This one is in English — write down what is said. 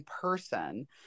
person